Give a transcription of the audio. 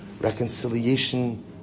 Reconciliation